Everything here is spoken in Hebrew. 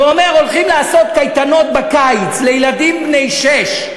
ואומר: הולכים לעשות קייטנות בקיץ לילדים בני שש.